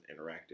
interactive